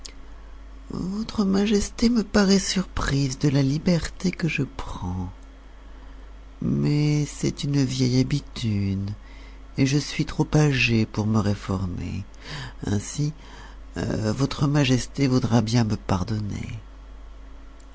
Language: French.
votre majesté me paraît surprise de la liberté que je prends mais c'est une vieille habitude et je suis trop âgée pour me réformer ainsi votre majesté voudra bien me pardonner